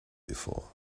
before